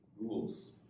rules